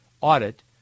Audit